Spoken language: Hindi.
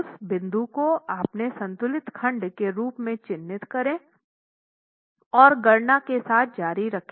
उस बिंदु को अपने संतुलित खंड के रूप में चिह्नित करें और गणना के साथ जारी रखें